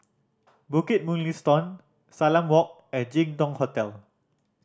Bukit Mugliston Salam Walk and Jin Dong Hotel